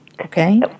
Okay